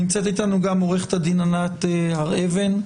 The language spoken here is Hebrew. נמצאת איתנו גם עו"ד ענת הר אבן,